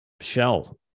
shell